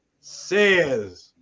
says